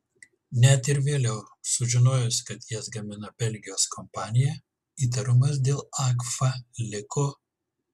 net ir vėliau sužinojus kad jas gamina belgijos kompanija įtarumas dėl agfa liko